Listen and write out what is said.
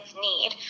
need